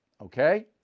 okay